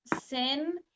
sin